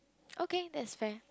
okay that is fair